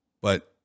But-